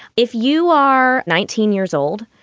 if you are nineteen years old,